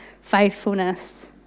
faithfulness